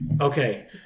Okay